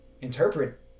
interpret